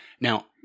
Now